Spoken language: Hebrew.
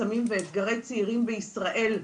סמים ואתגרי צעירים בישראל,